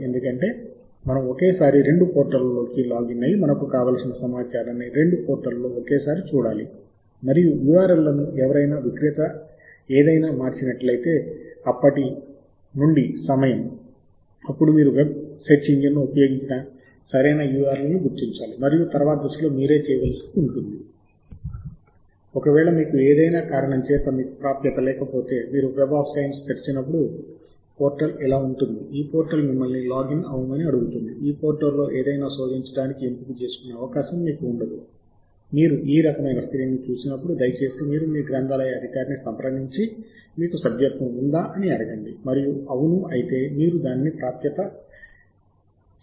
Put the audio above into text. కాబట్టి మీకు సమాచారం ఉందని ఊహిస్తే ఇప్పుడు మనము ఈ పోర్టల్ పై సాహిత్య శోధనని ప్రారంభించవచ్చు మరియు నేను ఈ పోర్టల్ యొక్క URL ను ఇక్కడ ఇచ్చాను మరియు ఒకవేళ URL విక్రేత లేదా సంస్థ మారినప్పుడు ఈ పోర్టల్ మారుతుంది దయచేసి ఎల్సెవియర్ మరియు స్కోపస్ వంటి పదాల కోసం ఇంటర్నెట్లో శోధించండి మరియు సరైన URL ని గుర్తించండి